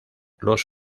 los